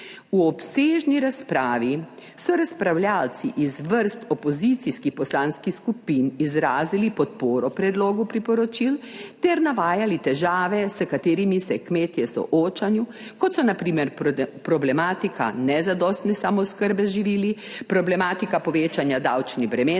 V obsežni razpravi so razpravljavci iz vrst opozicijskih poslanskih skupin izrazili podporo predlogu priporočil ter navajali težave s katerimi se kmetje soočajo, kot so na primer problematika nezadostne samooskrbe z **13. TRAK: (SB) –